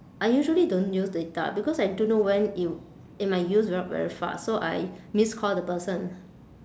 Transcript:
I usually don't use data because I don't know when it it might use up very fast so I missed call the person